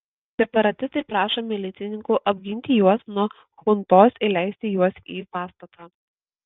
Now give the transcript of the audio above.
separatistai prašo milicininkų apginti juos nuo chuntos įleisti juos į pastatą